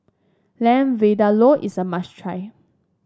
Lamb Vindaloo is a must try